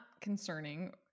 concerning